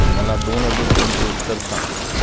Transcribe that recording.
मला दोन अधिक दोनचे उत्तर सांग